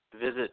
visit